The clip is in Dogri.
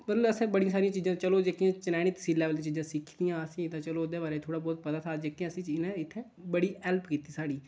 पर असें बड़ियां सारियां चीजां चलो जेह्कियां चनैनी तसील लेबल दियां चीजां सिक्खी दियां हियां असें ते चलो ओह्दे बारे च थोड़ा बहुत पता था जेह्कियां ऐसियां चीजां इत्थै बड़ी हैल्प कीती साढ़ी